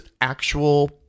actual